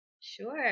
Sure